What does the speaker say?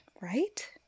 Right